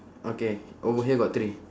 okay over here got three